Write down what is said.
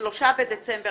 3 בדצמבר